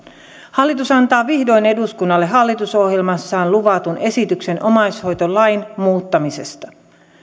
hallitus antaa vihdoin eduskunnalle hallitusohjelmassaan luvatun esityksen omaishoitolain muuttamisesta